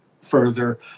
further